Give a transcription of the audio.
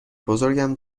بزرگم